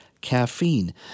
caffeine